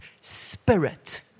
Spirit